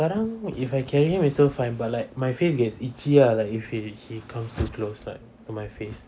sekarang if I carry him it's still fine but like my face gets itchy ah like if he comes too close like my face